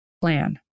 plan